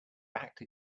backed